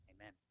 Amen